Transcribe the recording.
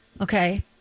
Okay